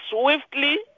swiftly